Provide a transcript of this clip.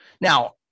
Now